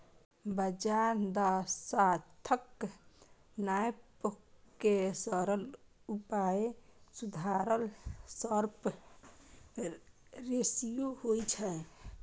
बाजार दक्षताक नापै के सरल उपाय सुधरल शार्प रेसियो होइ छै